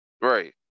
Right